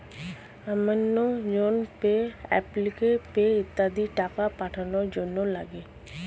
Amazon pay, Apple pay ইত্যাদি টাকা পাঠানোর জন্যে লাগে